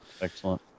Excellent